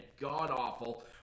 god-awful